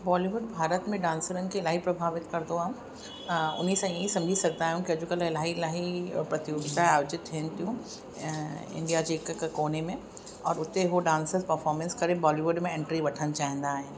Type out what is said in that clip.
बॉलीवुड भारत में डांसरनि खे इलाही प्रभावित करंदो आहे उन सां ई समुझी सघंदा आहियूं कि अॼुकल्ह त इलाही प्रतियोगिता आयोजित थियनि थियूं ऐं इंडिया जे हिकु कोने में और हुते हो डांसर परफॉर्मेंस करे बॉलीवुड में एंट्री वठणु चाहींदा आहिनि